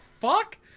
fuck